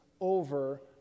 over